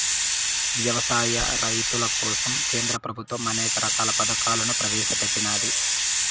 వ్యవసాయ రైతుల కోసం కేంద్ర ప్రభుత్వం అనేక రకాల పథకాలను ప్రవేశపెట్టినాది